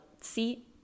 see